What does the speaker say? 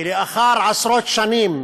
כי לאחר עשרות שנים